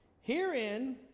Herein